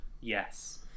Yes